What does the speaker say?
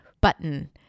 button